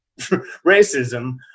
racism